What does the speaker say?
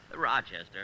Rochester